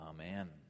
Amen